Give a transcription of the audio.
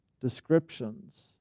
descriptions